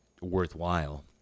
worthwhile